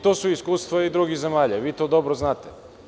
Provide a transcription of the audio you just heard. To su iskustva iz drugih zemalja i vi to dobro znate.